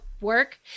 work